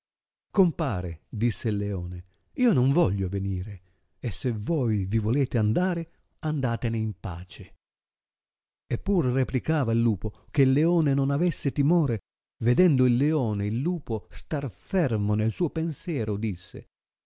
compare disse il leone io non voglio venire e se voi vi volete andare andatene in pace e pur replicava il lupo che il leone non avesse timore vedendo il leone il lupo star fermo nel suo pensiero disse